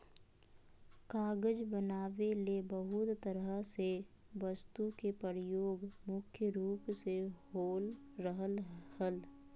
कागज बनावे ले बहुत तरह के वस्तु के प्रयोग मुख्य रूप से हो रहल हल